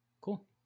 Cool